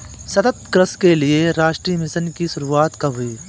सतत कृषि के लिए राष्ट्रीय मिशन की शुरुआत कब हुई?